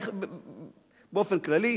באופן כללי,